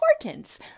importance